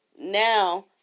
now